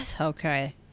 Okay